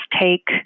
take